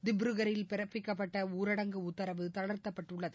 திப்ருகரில் பிறப்பிக்கப்பட்ட ஊரடங்கு உத்தரவு தளர்த்தப்பட்டுள்ளது